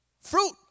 fruit